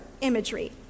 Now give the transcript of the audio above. imagery